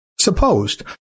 supposed